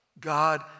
God